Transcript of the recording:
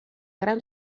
gran